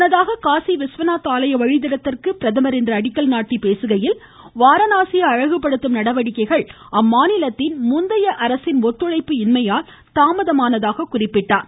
முன்னதாக காசி விஸ்வநாத் ஆலய வழித்தடத்திற்கு பிரதமர் இன்று அடிக்கல் நாட்டி பேசிய அவர் வாரணாசியை அழகுபடுத்தும் நடவடிக்கைகள் அம்மாநிலத்தின் முந்தைய அரசின் ஒத்துழைப்பு இன்மையால் தாமதமானதாக குறிப்பிட்டார்